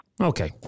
Okay